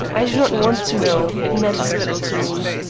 i do not want to know. it matters little to me.